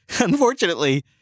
unfortunately